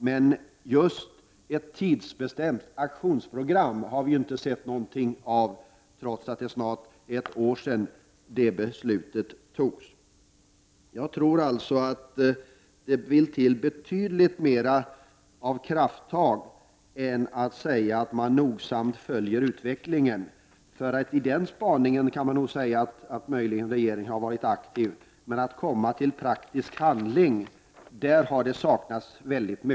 Men ett tidsbestämt aktionsprogram har vi inte sett någonting av, trots att det snart är ett år sedan det beslutet fattades. Jag tror alltså att det vill till betydligt mer av krafttag än att säga att man nogsamt följer utvecklingen. I den spaningen kan man möjligen säga att regeringen har varit aktiv, men när det gäller att komma till praktisk handling har det saknats mycket.